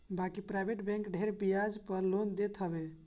बाकी private bank ढेर बियाज पअ लोन देत हवे